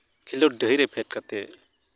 ᱠᱷᱤᱞᱳᱰ ᱰᱟᱹᱦᱤ ᱨᱮ ᱯᱷᱮᱰ ᱠᱟᱛᱮᱫ